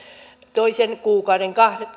toisen kuukauden